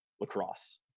lacrosse